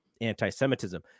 anti-Semitism